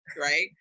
right